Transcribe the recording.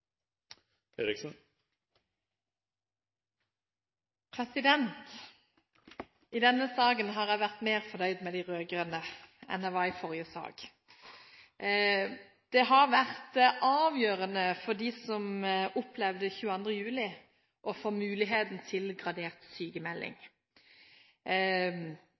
oppfølgingen. I denne saken har jeg vært mer fornøyd med de rød-grønne enn jeg var i forrige sak. Det har vært avgjørende for dem som opplevde 22. juli, å få muligheten til gradert